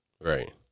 Right